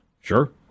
Sure